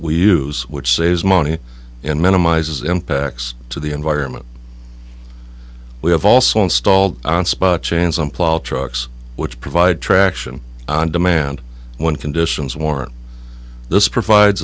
we use which saves money and minimizes impacts to the environment we have also installed chains on plow trucks which provide traction on demand when conditions warrant this provides